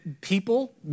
people